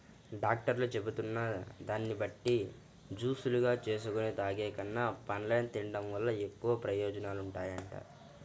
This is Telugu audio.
డాక్టర్లు చెబుతున్న దాన్ని బట్టి జూసులుగా జేసుకొని తాగేకన్నా, పండ్లను తిన్డం వల్ల ఎక్కువ ప్రయోజనాలుంటాయంట